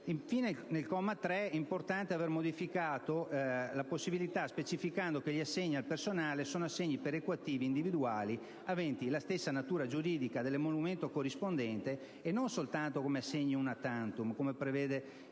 anno. Il comma 3 è stato poi modificato al fine di specificare che gli assegni al personale sono assegni perequativi individuali, aventi la stessa natura giuridica dell'emolumento corrispondente, e non soltanto assegni *una tantum*, come prevede